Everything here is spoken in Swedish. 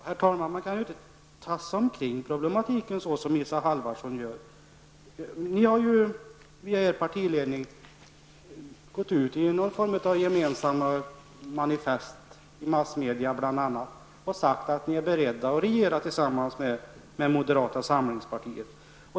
Herr talman! Man kan inte tassa runt problematiken så som Isa Halvarsson gör. Folkpartiet har ju via sin partiledning gått ut i någon form av manifest i bl.a. massmedia och sagt att ni är beredda att regera tillsammans med moderata samlingspartiet.